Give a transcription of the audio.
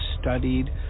studied